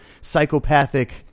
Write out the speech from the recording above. psychopathic